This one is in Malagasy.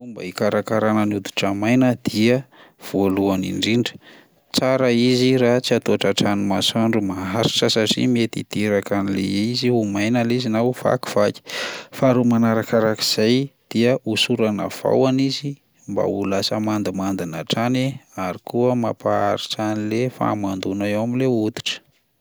Fomba hikarakarana ny hoditra maina dia: voalohany indrindra, tsara izy raha tsy atao tratran'ny masoandro maharitra satria mety hiteraka an'le izy ho maina le izy na ho vakivaky; faharoa manarakarak'izay dia hosorana vahona izy mba ho lasa mandimandina hatrany ary koa mampaharitra an'le fahamandoana eo amin'le hoditra.